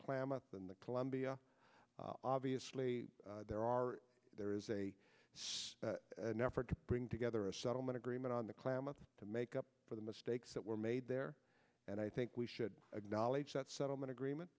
klamath than the columbia obviously there are there is a an effort to bring together a settlement agreement on the klamath to make up for the mistakes that were made there and i think we should acknowledge that settlement agreement